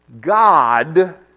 God